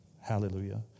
Hallelujah